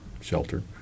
shelter